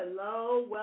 Hello